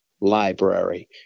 library